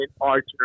Archer